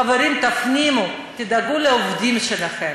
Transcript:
חברים, תפנימו, תדאגו לעובדים שלכם.